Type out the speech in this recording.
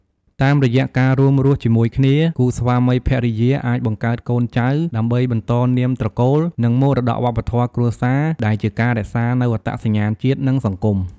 តាមរយៈការរួមរស់ជាមួយគ្នា គូស្វាមីភរិយាអាចបង្កើតកូនចៅ ដើម្បីបន្តនាមត្រកូល និងមរតកវប្បធម៌គ្រួសារ ដែលជាការរក្សានូវអត្តសញ្ញាណជាតិ និងសង្គម។